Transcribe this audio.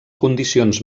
condicions